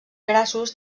grassos